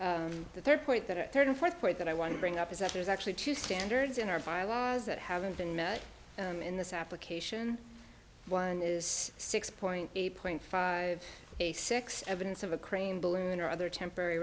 the third point that third and fourth point that i want to bring up is that there's actually two standards in our bylaws that haven't been met in this application one is six point eight point five six evidence of a crane balloon or other temporary